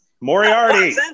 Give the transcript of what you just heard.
Moriarty